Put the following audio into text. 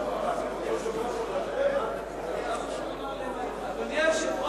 אדוני היושב-ראש,